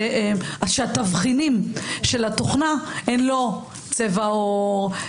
שהתבחינים של התוכנה הן לא צבע עור,